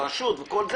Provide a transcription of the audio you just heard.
הרשות וכו',